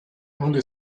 only